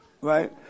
Right